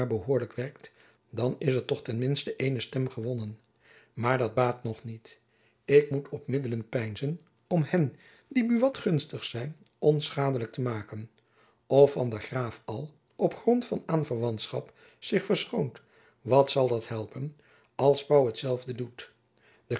behoorlijk werkt dan is er ten minsten eene stem gewonnen maar dat baat nog niet ik moet op middelen peinzen om hen die buat gunstig zijn onschadelijk te maken of van der graef al op grond van aanverwantschap zich verschoont wat zal dat helpen als pauw hetzelfde doet